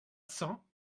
cents